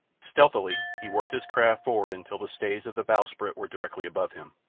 stealthily he worked his craft forward until the stays of the bowsprit were directly above him.